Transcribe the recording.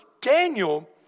Daniel